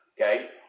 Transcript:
Okay